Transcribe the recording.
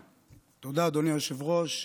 תודה, אדוני היושב-ראש.